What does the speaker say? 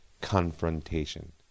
confrontation